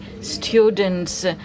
students